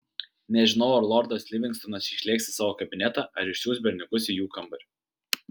nežinojau ar lordas livingstonas išlėks į savo kabinetą ar išsiųs berniukus į jų kambarį